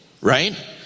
right